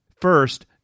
First